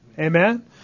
Amen